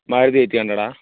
Maruti eight ഹൺഡ്രഡാണോ